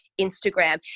Instagram